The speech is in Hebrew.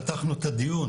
פתחנו את הדיון